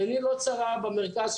עיני לא צרה במרכז,